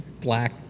black